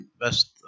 best